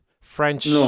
French